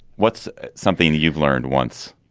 what's something you've learned once?